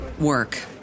work